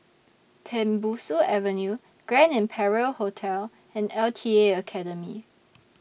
Tembusu Avenue Grand Imperial Hotel and L T A Academy